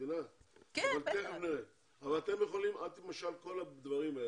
כל הדברים עליהם דיברת, את יכולה להעביר להם.